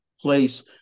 place